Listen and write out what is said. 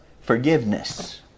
forgiveness